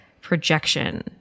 projection